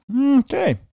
Okay